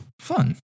fun